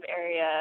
area